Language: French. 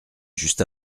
juste